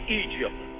egypt